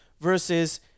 versus